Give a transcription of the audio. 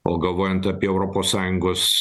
o galvojant apie europos sąjungos